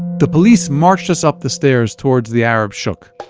the police marched us up the stairs towards the arab shuk.